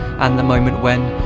and the moment when,